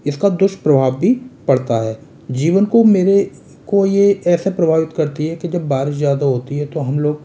इसका दुष्प्रभाव भी पड़ता है जीवन को मेरे को यह ऐसे प्रभावित करती है कि जब बारिश ज़्यादा होती है तो हम लोग